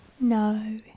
No